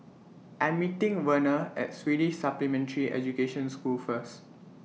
I'm meeting Verner At Swedish Supplementary Education School First